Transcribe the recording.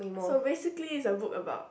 so basically is that book about